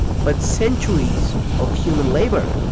but centuries of human labor.